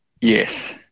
Yes